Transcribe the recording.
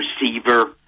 receiver